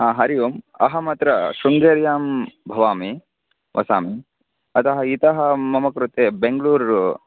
हरि ओम् अहम् अत्र शृङ्गेर्यां भवामि वसामि अतः इतः मम कृते बेङ्ग्ळूरु